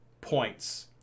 points